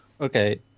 Okay